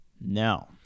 No